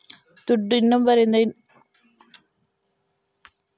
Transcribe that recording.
ದುಡ್ಡು ಒಬ್ಬರಿಂದ ಇನ್ನೊಬ್ಬರಿಗೆ ಹೋದಾಗ ಅದರಲ್ಲಿ ಉಪಕಾರ ಆಗುವ ಅಂಶಗಳು ಯಾವುದೆಲ್ಲ?